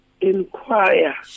Inquire